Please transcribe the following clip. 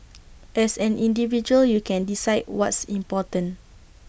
as an individual you can decide what's important